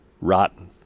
Rotten